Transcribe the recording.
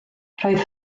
roedd